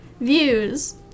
views